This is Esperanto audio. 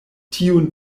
tiun